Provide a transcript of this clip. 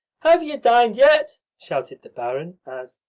have you dined yet? shouted the barin as,